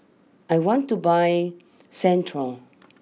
I want to buy Centrum